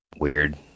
Weird